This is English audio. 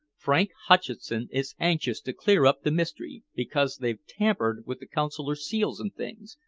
frank hutcheson is anxious to clear up the mystery because they've tampered with the consular seals and things.